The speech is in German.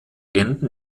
enden